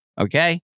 Okay